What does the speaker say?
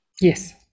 Yes